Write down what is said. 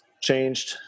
changed